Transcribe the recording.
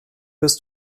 bist